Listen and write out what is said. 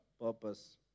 purpose